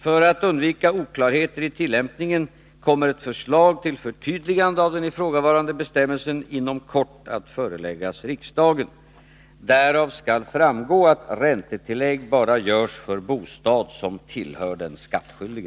För att undvika oklarheter i tillämpningen kommer ett förslag till förtydligande av den ifrågavarande bestämmelsen inom kort att föreläggas riksdagen. Därav skall framgå att räntetillägg bara görs för bostad som tillhör den skattskyldige.